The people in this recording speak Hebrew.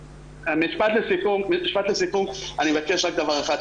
אני מבקש רק דבר אחד.